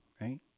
right